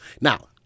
Now